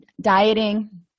dieting